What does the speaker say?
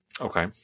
Okay